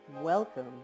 Welcome